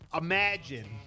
imagine